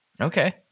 Okay